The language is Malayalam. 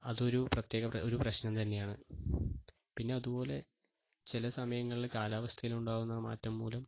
അതൊരു പ്രത്യേക ഒരു പ്രശ്നം തന്നെയാണ് പിന്നെ അതുപോലെ ചില സമയങ്ങളിൽ കാലാവസ്ഥയിൽ ഉണ്ടാകുന്ന മാറ്റം പോലും